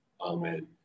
Amen